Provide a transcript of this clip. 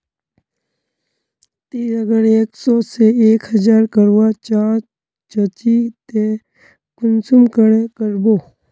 ती अगर एक सो से एक हजार करवा चाँ चची ते कुंसम करे करबो?